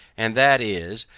and that is,